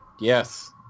Yes